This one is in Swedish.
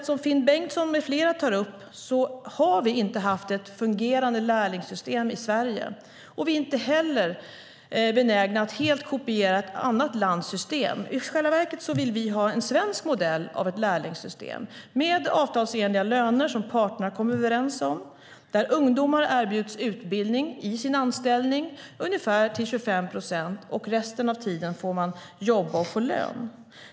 Som Finn Bengtsson med flera tar upp har vi inte haft ett fungerande lärlingssystem i Sverige. Vi är inte heller benägna att helt kopiera ett annat lands system. I själva verket vill vi ha en svensk modell av ett lärlingssystem med avtalsenliga löner som parterna kommer överens om. Ungdomar ska erbjudas utbildning i sin anställning, ungefär till 25 procent. Resten av tiden får de jobba med lön.